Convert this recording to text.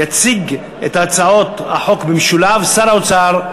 יציג את הצעות החוק במשולב שר האוצר,